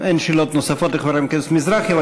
אין שאלות נוספות לחבר הכנסת מזרחי,